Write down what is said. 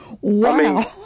Wow